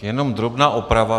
Jenom drobná oprava.